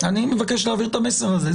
אני מבקש להעביר את המסר הזה.